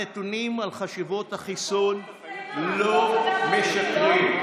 הנתונים על חשיבות החיסון לא משקרים.